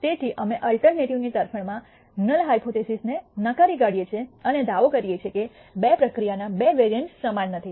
તેથી અમે અલ્ટરનેટિવ ની તરફેણમાં નલ હાયપોથીસિસને નકારી કાઢીય છીએ અને દાવો કરીએ છીએ કે બે પ્રક્રિયાના બે વેરિઅન્સ સમાન નથી